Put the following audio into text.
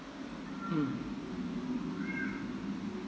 mm